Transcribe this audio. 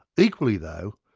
equally though,